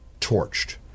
torched